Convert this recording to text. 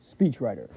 speechwriter